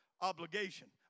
obligation